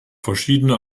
verschiedene